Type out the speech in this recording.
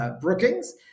Brookings